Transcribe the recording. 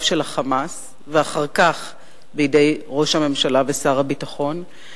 של ה"חמאס" ואחר כך בידי ראש הממשלה ושר הביטחון,